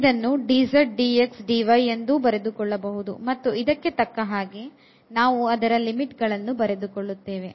ಇದನ್ನು ಎಂದು ಬರೆದುಕೊಳ್ಳಬಹುದು ಮತ್ತು ಇದಕ್ಕೆ ತಕ್ಕ ಹಾಗೆ ನಾವು ಅದರ ಲಿಮಿಟ್ ಗಳನ್ನು ಬರೆದುಕೊಳ್ಳುತ್ತೇವೆ